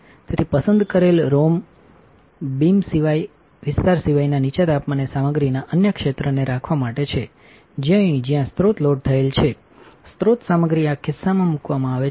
તેથી પસંદ કરેલારોન બીમ વિસ્તારસિવાયના નીચા તાપમાને સામગ્રીના અન્ય ક્ષેત્રને રાખવા માટેજે અહીં છે જ્યાં સ્રોત લોડ થયેલ છે સ્રોત સામગ્રી આ ખિસ્સામાં મૂકવામાં આવે છે